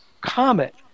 comet